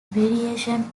variation